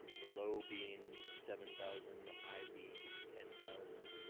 the low being seven thousand, the high being ten thousand.